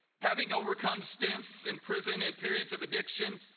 having overcome stints in prison and periods of addiction.